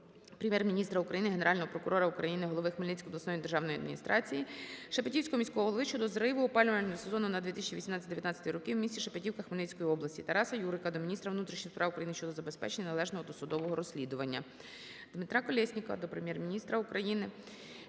Прем'єр-міністра України, Генерального прокурора України, голови Хмельницької обласної державної адміністрації, Шепетівського міського голови щодо зриву опалювального сезону на 2018-2019 роки в місті Шепетівка Хмельницької області. Тараса Юрика до міністра внутрішніх справ України щодо забезпечення належного досудового розслідування. Дмитра Колєснікова до Прем'єр-міністра України